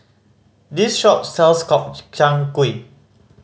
this shop sells Gobchang Gui